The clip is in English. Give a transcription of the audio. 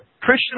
Christian